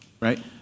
right